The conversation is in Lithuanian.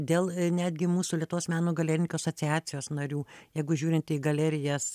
dėl netgi mūsų lietuvos meno galerinkų asociacijos narių jeigu žiūrint į galerijas